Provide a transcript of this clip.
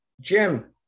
Jim